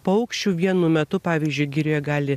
paukščių vienu metu pavyzdžiui girioje gali